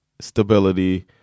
stability